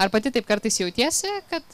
ar pati taip kartais jautiesi kad